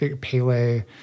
Pele